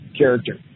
character